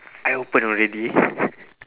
I open already